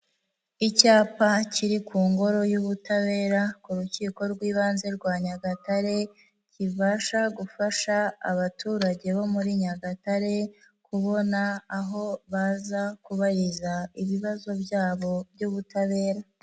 Icyapa kiri ku ngoro y'ubutabera ku rukiko rw'ibanze rwa Nyagatare, kibasha gufasha abaturage bo muri Nyagatare, kubona aho baza kubariza ibibazo byabo by'ubutabera.